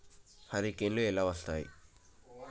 హరికేన్లు ఎలా వస్తాయి?